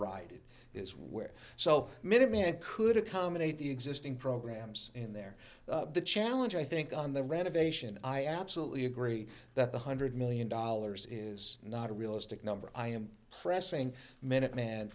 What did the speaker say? where so many men could accommodate the existing programs in there the challenge i think on the renovation i absolutely agree that the hundred million dollars is not a realistic number i am pressing minuteman